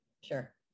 sure